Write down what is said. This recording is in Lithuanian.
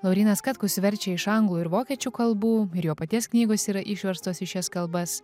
laurynas katkus verčia iš anglų ir vokiečių kalbų ir jo paties knygos yra išverstos į šias kalbas